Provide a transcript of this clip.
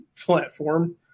platform